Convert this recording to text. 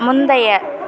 முந்தைய